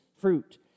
fruit